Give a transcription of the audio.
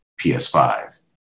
PS5